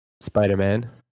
Spider-Man